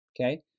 okay